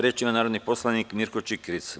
Reč ima narodni poslanik Mirko Čikiriz.